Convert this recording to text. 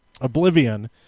oblivion